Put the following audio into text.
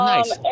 Nice